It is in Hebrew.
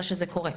אלא שזה קורה.